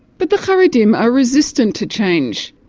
but the haredim are resistant to change.